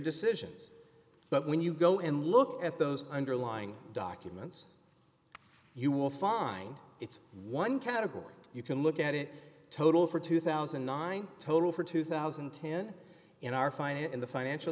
decisions but when you go and look at those underlying documents you will find it's one category you can look at it total for two thousand and nine total for two thousand and ten in our find in the financial